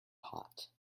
hot